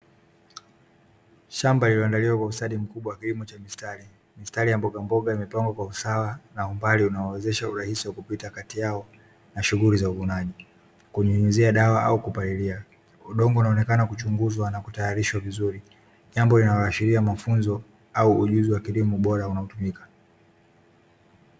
Shamba liliandaliwa kwa ustadi mkubwa kilimo cha mistari mistari ya mboga mboga imepangwa kwa usawa na umbali, unaowezesha uraisi wa kupita kati yao na shughuli za uvunaji kunyunyuzia dawa au kupalilia udongo unaonekana kuchunguzwa na kutayarishwa vizuri, jambo linaloashiria mafunzo au ujuzi wa kilimo bora unaotumika.